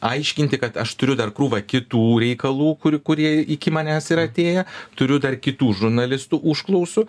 aiškinti kad aš turiu dar krūvą kitų reikalų kurių kurie iki manęs yra atėję turiu dar kitų žurnalistų užklausų